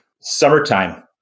Summertime